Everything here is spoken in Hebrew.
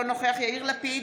אינו נוכח יאיר לפיד,